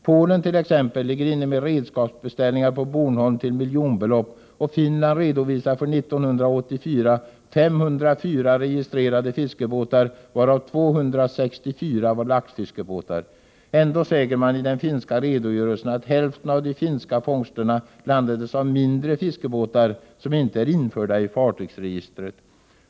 Polen t.ex. ligger inne med redskapsbeställningar på Bornholm till miljonbelopp, och Finland redovisade förra året 504 registrerade fiskebåtar, varav 264 var laxfiskebåtar. Ändå sägs i den finska redogörelsen att hälften av de finska fångsterna landades av mindre fiskebåtar, som inte är införda i fiskefartygsregistret.